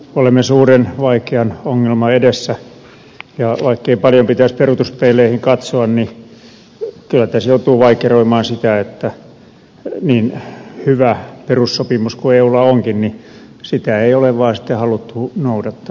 olemme suuren vaikean ongelman edessä ja vaikkei paljon pitäisi peruutuspeileihin katsoa niin kyllä tässä joutuu vaikeroimaan sitä että niin hyvä perussopimus kuin eulla onkin sitä ei ole vaan haluttu noudattaa